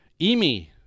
Emi